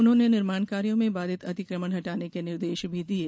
उन्होंने निर्माण कार्यों में बाधित अतिक्रमण हटाने के निर्देश दिये